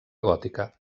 gòtica